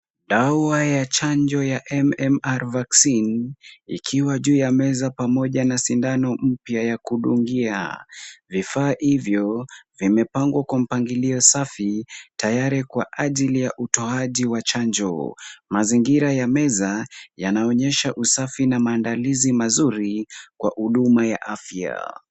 Dawa ya chanjo aina ya MMR Vaccine , ikiwa juu ya meza na sindano ya kudungia. Vifaa hivyo vimepangwa kwa mpangilio safi tayari kwa ajili ya utoaji wa chanjo. Mazingira ya meza yanaonyesha usafi na maadalizi mazuri kwa huduma ya afya.